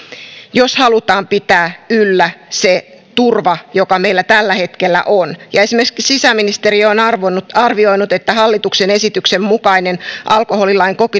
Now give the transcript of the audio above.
jos halutaan pitää yllä se turva joka meillä tällä hetkellä on esimerkiksi sisäministeriö on arvioinut että hallituksen esityksen mukainen alkoholilain